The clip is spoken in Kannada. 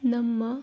ನಮ್ಮ